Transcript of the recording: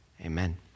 Amen